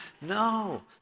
No